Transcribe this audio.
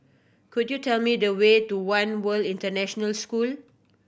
could you tell me the way to One World International School